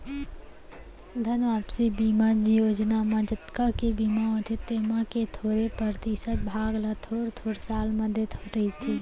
धन वापसी बीमा योजना म जतका के बीमा होथे तेमा के थोरे परतिसत भाग ल थोर थोर साल म देत रथें